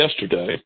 yesterday